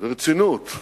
ורצינות,